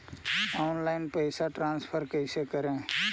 Online पैसा transfer कैसे करे?